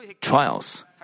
trials